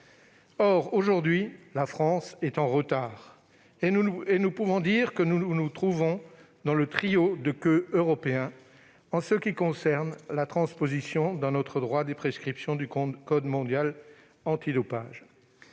est aujourd'hui en retard ; nous pouvons dire que nous nous trouvons dans le trio de queue européen en ce qui concerne la transposition en droit interne des prescriptions du code mondial antidopage.